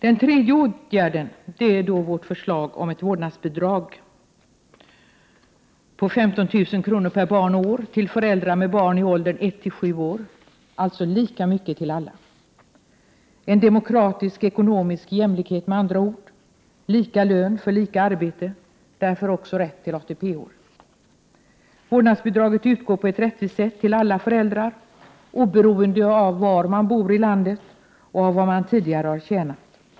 För det tredje har vi förslaget om ett vårdnadsbidrag på 15 000 kr. per barn och år till föräldrar med barn i åldern 1-7 år, alltså lika mycket till alla. En demokratisk ekonomisk jämlikhet med andra ord — lika lön för lika arbete — och därför också rätt till ATP-år. Vårdnadsbidraget utgår på ett rättvist sätt till alla föräldrar, oberoende av var man bor i landet och vad man tidigare har tjänat.